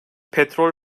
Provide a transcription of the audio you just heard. petrol